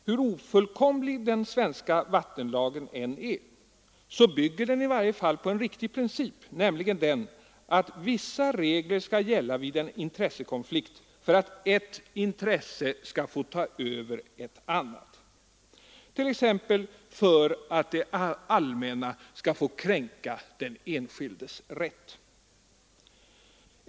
Hur ofullkomlig den svenska vattenlagen än är så bygger den i varje fall på en riktig princip, nämligen den att vissa regler skall gälla vid en intressekonflikt för att ett intresse skall få ta över ett annat, t.ex. för att det allmänna skall få kränka den enskildes rätt.